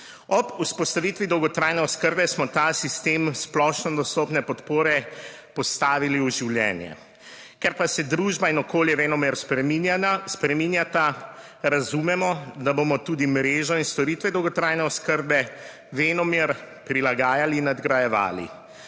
Ob vzpostavitvi dolgotrajne oskrbe smo ta sistem splošno dostopne podpore postavili v življenje. Ker pa se družba in okolje venomer spreminjata razumemo, da bomo tudi mrežo in storitve dolgotrajne oskrbe venomer prilagajali, nadgrajevali.